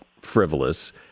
frivolous